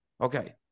okay